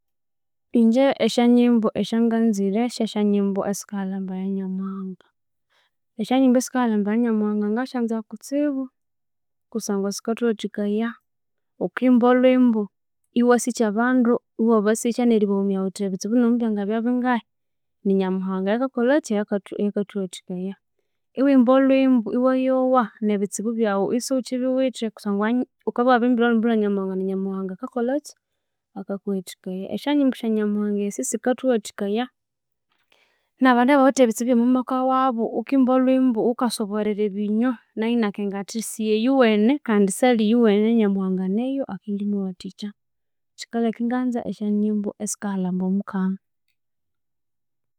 Ingye esaynyimbo esya nganzire sye syanyimbo esikahalhamba ya nyamuhanga esya nyimbo esikahalhamba ya nyamuhanaga ngasyanza kutsibu kusangwa sikawathikaya ghukimba olhwimbo ewasikya abandu ewabasikya neri baghumya ghuthi ebitsibu nemubyangabya bingahi ni nyamuhanga ayukakolhaki oyukawathi oyukawathikaya ewimba olhwimbo ewayowa nebitsibu byaghu isighukibiwithe kusangwa ghukabya ewabirimba olhwimbo lhwanyamuhanga na nyamuhanaga akakolhaki akakuwathikaya esya nyimbo sya nyamuhanga esi sikathuwathikaya na abandu abawithe ebitsibu omwa maka wabu ghukimba olhwimbo ghukasoborera ebinywa nayu inakenga athi siyo iyuwene sakhi iyuwene kandi nyamuhanga anenayo akimuwathikya kikalheka inganza esya nyimbo esikahalhamba ya nyamuhanga.